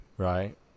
right